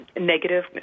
negative